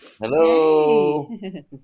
Hello